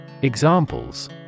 Examples